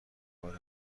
کار